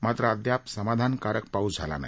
मात्र अद्याप समाधानकारक पाऊस झाला नाही